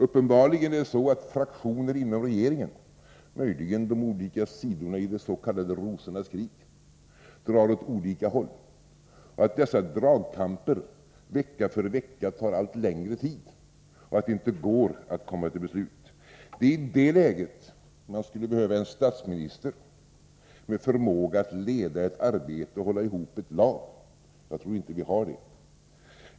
Uppenbarligen är det så att fraktioner inom regeringen — möjligen de olika sidorna i det s.k. rosornas krig — drar åt olika håll, att dessa dragkamper vecka för vecka tar allt längre tid och att regeringen inte kan fatta beslut. Det är i det läget man skulle behöva en statsminister med förmåga att leda ett arbete och hålla ihop ett lag. Jag tror inte vi har det.